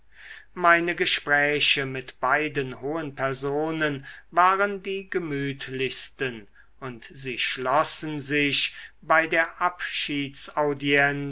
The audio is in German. meine gespräche mit beiden hohen personen waren die gemütlichsten und sie schlossen sich bei der